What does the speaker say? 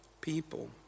people